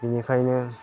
बेनिखायनो